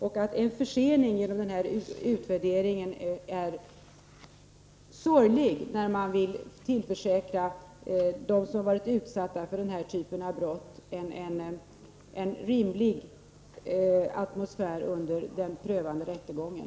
En försening genom den föreslagna utvärderingen är sorglig, när man vill tillförsäkra dem som varit utsatta för sexualbrott en rimlig atmosfär under den prövande rättegången.